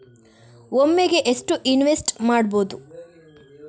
ಒಮ್ಮೆಗೆ ಎಷ್ಟು ಇನ್ವೆಸ್ಟ್ ಮಾಡ್ಬೊದು?